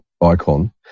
icon